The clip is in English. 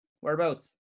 Whereabouts